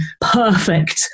perfect